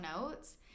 notes